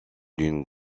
d’une